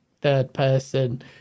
third-person